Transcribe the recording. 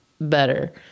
better